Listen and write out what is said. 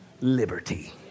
liberty